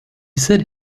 said